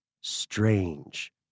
strange